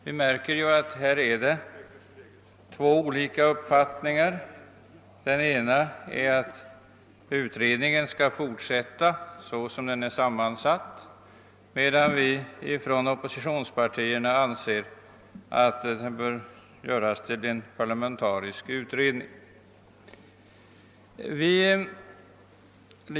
Vi kan konstatera att det föreligger två olika uppfattningar om utredningen. Den ena är att utredningen skall fortsätta att arbeta med oförändrad sammansättning. Den andra är att inom oppositionspartierna anses att den bör göras om till en parlamentarisk utredning.